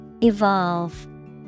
Evolve